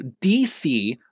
DC